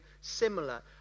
similar